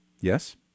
Yes